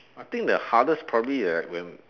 I think the hardest probably like when